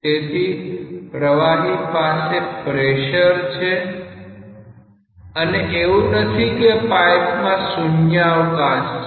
તેથી પ્રવાહી પાસે પ્રેશર છે અને એવું નથી કે પાઈપમાં શૂન્યાવકાશ છે